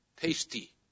Tasty